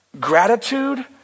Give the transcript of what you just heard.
Gratitude